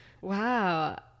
Wow